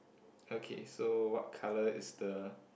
okay so what colour is the